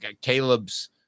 Caleb's